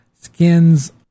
skins